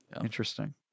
Interesting